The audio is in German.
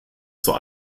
zur